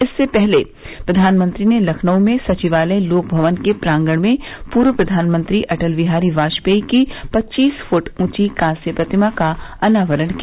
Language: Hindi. इससे पहले प्रधानमंत्री ने लखनऊ में सचिवालय लोक भवन के प्रांगण में पूर्व प्रधानमंत्री अटल बिहारी वाजपेयी की पच्चीस फ्ट ऊंची कांस्य प्रतिमा का अनावरण किया